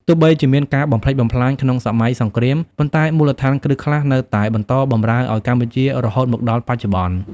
ទោះបីជាមានការបំផ្លិចបំផ្លាញក្នុងសម័យសង្គ្រាម ប៉ុន្តែមូលដ្ឋានគ្រឹះខ្លះនៅតែបន្តបម្រើឱ្យកម្ពុជារហូតមកដល់បច្ចុប្បន្ន។